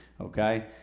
Okay